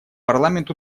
парламент